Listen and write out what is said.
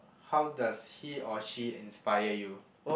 how does he or she inspire you